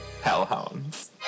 hellhounds